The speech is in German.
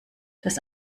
das